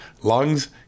lungs